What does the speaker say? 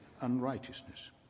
unrighteousness